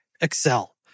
Excel